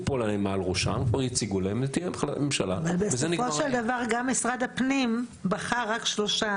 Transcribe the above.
אבל בסופו של דבר גם משרד הפנים בחר רק שלושה